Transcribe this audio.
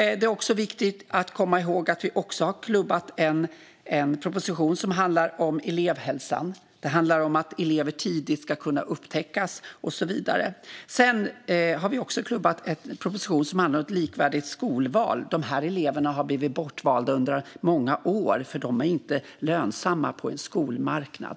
Det är också viktigt att komma ihåg att vi har klubbat en proposition som handlar om elevhälsan. Det handlar om att elever ska kunna upptäckas tidigt och så vidare. Sedan har vi klubbat en proposition som handlar om ett likvärdigt skolval. Dessa elever har blivit bortvalda under många år, för de är inte lönsamma på en skolmarknad.